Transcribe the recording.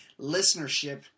listenership